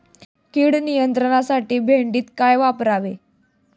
कीड नियंत्रणासाठी भेंडीत काय वापरावे?